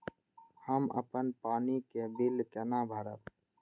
हम अपन पानी के बिल केना भरब?